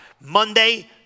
Monday